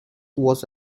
was